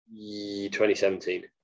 2017